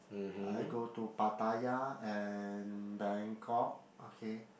I go to Pattaya and Bangkok okay